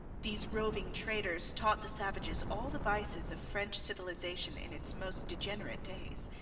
these roving traders taught the savages all the vices of french civilization in its most degenerate days.